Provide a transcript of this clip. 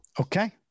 Okay